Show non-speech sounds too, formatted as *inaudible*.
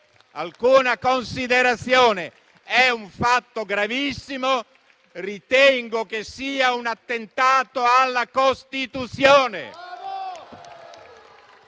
alcune considerazioni. *applause* È un fatto gravissimo. Ritengo che sia un attentato alla Costituzione.